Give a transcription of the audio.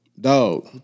Dog